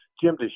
Jim